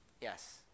Yes